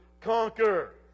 conquer